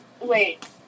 Wait